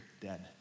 dead